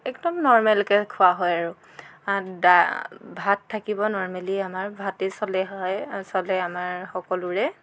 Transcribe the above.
একদম নৰ্মেলকৈ খোৱা হয় আৰু দাইল ভাত থাকিব নৰ্মেলি আমাৰ ভাতে চলে হয় চলে আমাৰ সকলোৰে